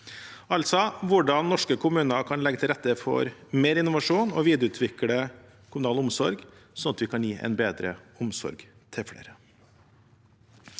altså hvordan norske kommuner kan legge til rette for mer innovasjon og videreutvikle kommunal omsorg, slik at vi kan gi en bedre omsorg til flere.